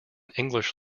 english